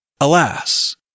Alas